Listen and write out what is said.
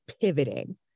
pivoting